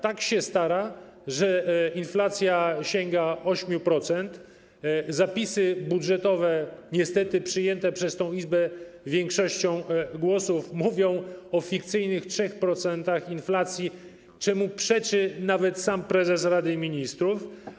Tak się stara, że inflacja sięga 8%, zapisy budżetowe, niestety przyjęte przez tę Izbę większością głosów, mówią o fikcyjnych 3% inflacji, czemu przeczy sam prezes Rady Ministrów.